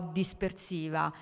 dispersiva